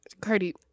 Cardi